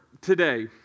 today